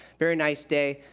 very nice day,